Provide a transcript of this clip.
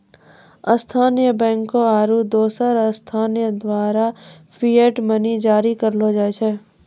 स्थानीय बैंकों आरू दोसर संस्थान द्वारा फिएट मनी जारी करलो जाय छै